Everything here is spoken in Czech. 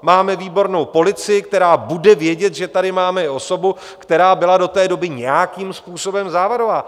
Máme výbornou policii, která bude vědět, že tady máme i osobu, která byla do té doby nějakým způsobem závadová.